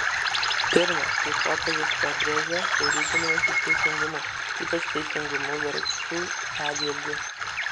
pirma kaip popiežius pabrėžė tai rūpinimasis teisingumu ypač teisingumu vargšų atžvilgiu